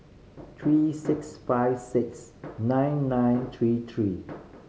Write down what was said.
three six five six nine nine three three